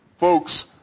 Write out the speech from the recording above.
Folks